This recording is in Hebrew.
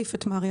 אחליף את מריאן.